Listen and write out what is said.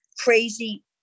Crazy